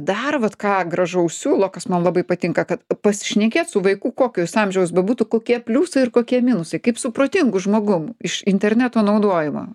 dar vat ką gražaus siūlo kas man labai patinka ka pasišnekėt su vaiku kokio jis amžiaus bebūtų kokie pliusai ir kokie minusai kaip su protingu žmogum iš interneto naudojimą